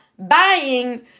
Buying